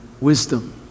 wisdom